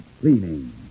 cleaning